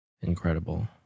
Incredible